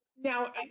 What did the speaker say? Now